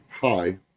Hi